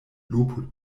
lupo